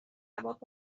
جواب